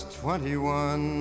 twenty-one